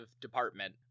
department